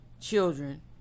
children